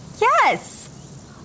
Yes